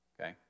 Okay